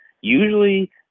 Usually